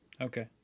Okay